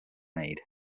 made